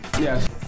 Yes